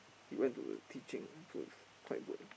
he went to teaching so it's quite good